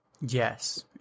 Yes